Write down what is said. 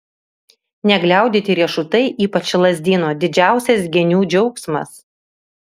negliaudyti riešutai ypač lazdyno didžiausias genių džiaugsmas